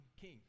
king